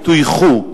טויחו.